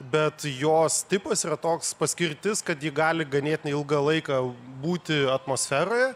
bet jos tipas yra toks paskirtis kad ji gali ganėtinai ilgą laiką būti atmosferoje